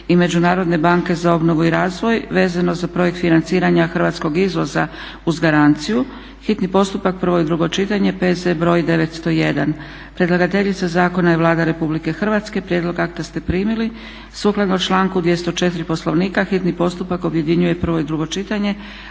i Međunarodne banke za obnovu i razvoj vezano za projekt financiranja hrvatskog izvoza uz garanciju, hitni postupak, prvo i drugo čitanje, P.Z.BR.901. Predlagateljica zakona je Vlada Republike Hrvatske. Prijedlog akta ste primili. Sukladno članku 204. Poslovnika hitni postupak objedinjuje prvo i drugo čitanje.